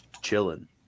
chilling